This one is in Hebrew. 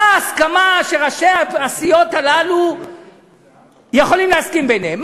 מה ההסכמה שראשי הסיעות הללו יכולים להסכים ביניהם?